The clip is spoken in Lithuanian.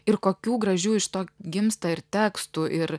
ir kokių gražių iš to gimsta ir tekstų ir